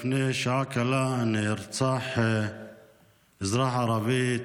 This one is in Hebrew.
לפני שעה קלה נרצח אזרח ערבי,